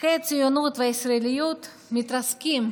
ערכי הציונות והישראליות מתרסקים,